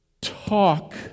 talk